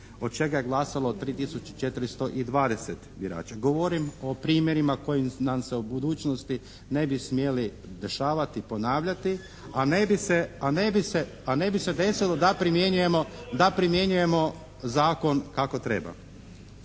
od čega je glasalo 3 tisuće 420 birača. Govorim o primjerima koji nam se u budućnosti ne bi smjeli dešavati, ponavljati, a ne bi se desilo da primjenjujemo zakon kako treba.